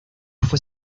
fue